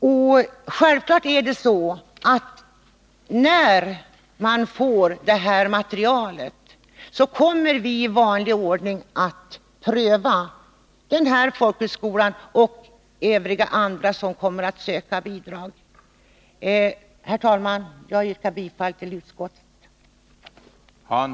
När vi har fått det erforderliga materialet, kommer vi självfallet att i vanlig ordning pröva Viebäcksskolan lika väl som andra som kommer att söka bidrag. Herr talman! Jag yrkar bifall till utskottets hemställan.